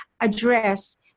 address